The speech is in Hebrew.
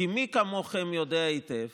כי מי כמוכם יודע היטב